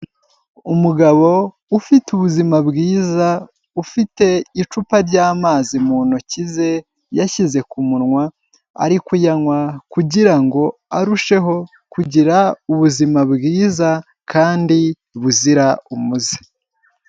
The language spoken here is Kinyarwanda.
Umugabo ufite ubuzima bwiza, ufite icupa ry'amazi mu ntoki ze yashyize ku munwa, ari kuyanywa kugira ngo arusheho kugira ubuzima bwiza kandi buzira umuze.